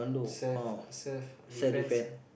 self self defence ah